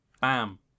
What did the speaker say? bam